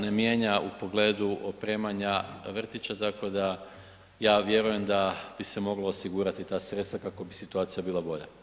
Ne mijenja u pogledu opremanja vrtića tako da ja vjerujem da bi se moglo osigurati ta sredstva kako bi situacija bila bolja.